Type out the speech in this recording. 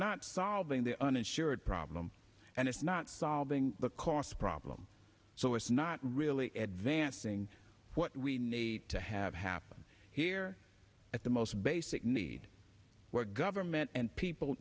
not solving the uninsured problem and it's not solving the cost problem so it's not really advanced saying what we need to have happen here at the most basic need where government and people